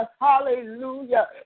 hallelujah